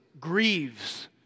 grieves